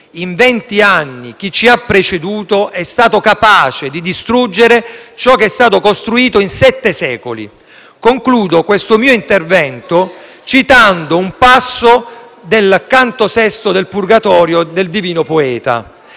In venti anni, chi ci ha preceduto è stato capace di distruggere ciò che è stato costruito in sette secoli. Concludo questo mio breve intervento citando un passo del canto VI del Purgatorio del divino poeta,